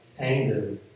anger